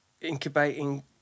incubating